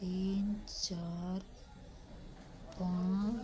तीन चार पाँच